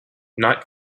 night